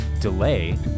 delay